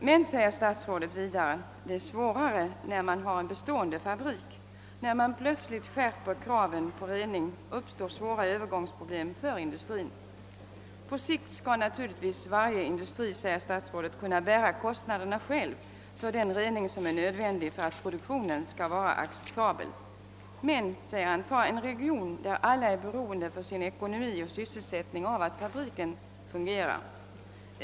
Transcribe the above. »Men», säger statsrådet Wickman vidare, »det är svårare när man har en bestående fabrik» att komma till rätta med dessa problem än det är vid planeringen av en ny fabrik. När kraven på rening plötsligt skärps uppstår svåra övergångsproblem för industrin. På sikt skall naturligtvis varje industri, säger statsrådet, själv kunna bära kostnaderna för den rening som är nödvändig för att produktionen skall vara acceptabel. Men ta en region där alla för sin ekonomi och sysselsättning är beroende av att fabriken fungerar!